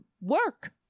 work